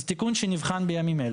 זה תיקון שנבחן בימים אלו.